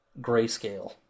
grayscale